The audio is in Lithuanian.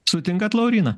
sutinkat lauryna